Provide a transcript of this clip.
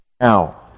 Now